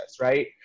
right